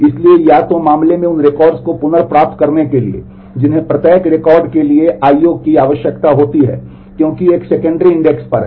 इसलिए या तो मामले में उन रिकॉर्ड्स को पुनः प्राप्त करने के लिए जिन्हें प्रत्येक रिकॉर्ड के लिए I O की आवश्यकता होती है क्योंकि वे एक सेकेंडरी इंडेक्स पर हैं